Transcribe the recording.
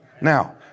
Now